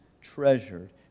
treasured